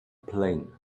plane